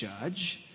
judge